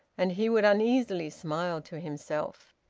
and he would uneasily smile to himself.